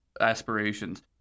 aspirations